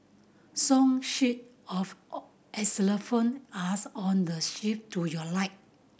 song sheet of xylophone are on the to your right